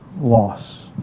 loss